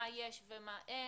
מה יש ומה אין.